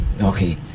Okay